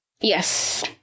Yes